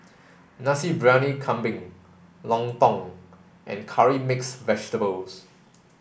Nasi Briyani Kambing Lontong and curry mix vegetables